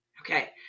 okay